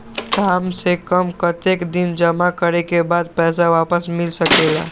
काम से कम कतेक दिन जमा करें के बाद पैसा वापस मिल सकेला?